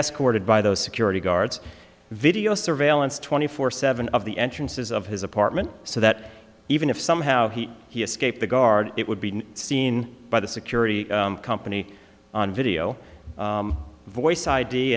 escorted by those security guards video surveillance twenty four seven of the entrances of his apartment so that even if somehow he he escaped the guard it would be seen by the security company on video voice i